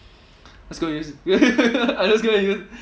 just going to use I'm just going to use